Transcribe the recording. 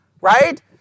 right